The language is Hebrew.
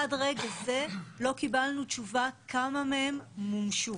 עד לרגע זה לא קיבלנו תשובה כמה מהן מומשו.